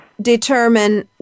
determine